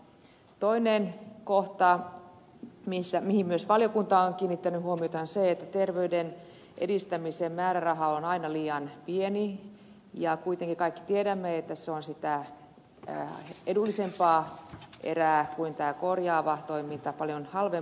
toinen kohta mihin myös valiokunta on kiinnittänyt huomiota on se että terveyden edistämisen määräraha on aina liian pieni ja kuitenkin kaikki tiedämme että se on sitä edullisempaa erää kuin tämä korjaava toiminta paljon halvempaa